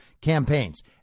campaigns